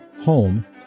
home